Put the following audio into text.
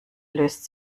löst